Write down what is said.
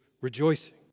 rejoicing